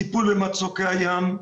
טיפול במצוקי הים.